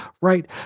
right